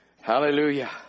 Hallelujah